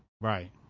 right